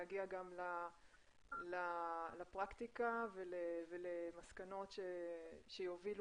להגיע גם לפרקטיקה ולמסקנות שיובילו